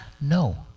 No